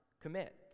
commit